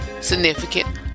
significant